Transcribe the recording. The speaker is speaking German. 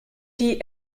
die